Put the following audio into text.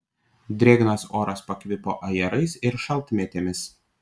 drėgnas oras pakvipo ajerais ir šaltmėtėmis